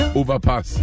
overpass